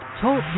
Talk